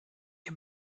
ihr